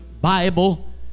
Bible